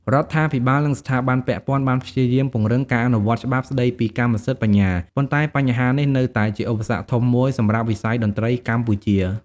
រដ្ឋាភិបាល និងស្ថាប័នពាក់ព័ន្ធបានព្យាយាមពង្រឹងការអនុវត្តច្បាប់ស្ដីពីកម្មសិទ្ធិបញ្ញា ប៉ុន្តែបញ្ហានេះនៅតែជាឧបសគ្គធំមួយសម្រាប់វិស័យតន្ត្រីកម្ពុជា។